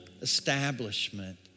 establishment